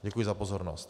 Děkuji za pozornost.